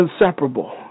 inseparable